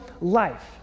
life